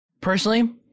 Personally